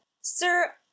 Sir